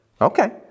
Okay